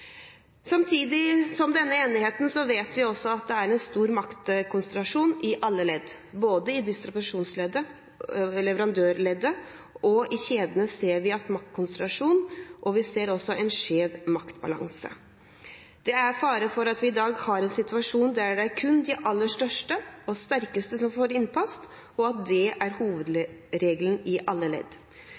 Samtidig som vi har denne enigheten, vet vi at det er stor maktkonsentrasjon i alle ledd, i både distribusjonsleddet og leverandørleddet, og i kjedene ser vi maktkonsentrasjon og en skjev maktbalanse. Det er fare for at vi i dag har en situasjon der det er kun de aller største og sterkeste som får innpass, og at det er hovedregelen i alle ledd.